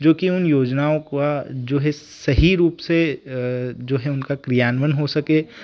जो कि उन योजनाओं का जो है सही रूप से जो है उनका क्रियान्वयन हो सके